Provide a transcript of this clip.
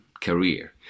career